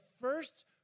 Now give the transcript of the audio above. first